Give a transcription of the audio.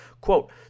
Quote